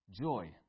Joy